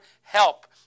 help